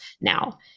now